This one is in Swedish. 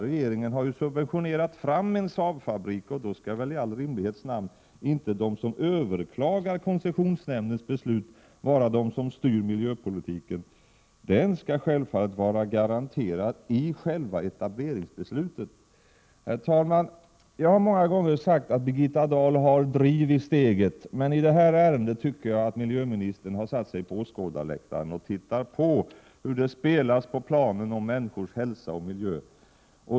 Regeringen har gett subventioner till en Saabfabrik, och då skall väl i rimlighetens namn inte de som överklagar koncessionsnämndens beslut vara de som styr miljöpolitiken. Den skall självfallet vara garanterad i själva etableringsbeslutet. Herr talman! Jag har många gånger sagt att Birgitta Dahl har driv i steget. Men i detta ärende tycker jag att miljöministern har satt sig på åskådarläktaren och tittar på hur det spelas på planen om människors hälsa och miljö.